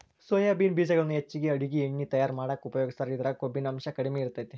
soybean ಬೇಜಗಳನ್ನ ಹೆಚ್ಚಾಗಿ ಅಡುಗಿ ಎಣ್ಣಿ ತಯಾರ್ ಮಾಡಾಕ ಉಪಯೋಗಸ್ತಾರ, ಇದ್ರಾಗ ಕೊಬ್ಬಿನಾಂಶ ಕಡಿಮೆ ಇರತೇತಿ